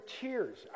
tears